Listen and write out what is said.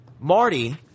Marty